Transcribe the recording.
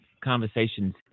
Conversations